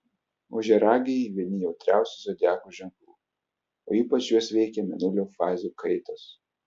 ožiaragiai vieni jautriausių zodiako ženklų o ypač juos veikia mėnulio fazių kaitos